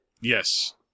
Yes